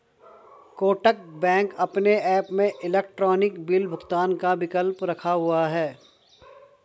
Kotak bank अपने app में electronic bill भुगतान का विकल्प रखा हुआ है